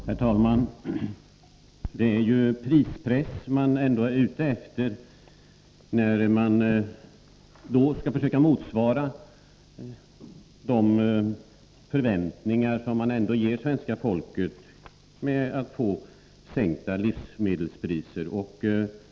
Herr talman! Det är ändå en sänkning av priserna man försöker åstadkomma när man vill motsvara de förväntningar som väcks hos svenska folket när man talar om sänkta livsmedelspriser.